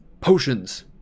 Potions